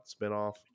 spinoff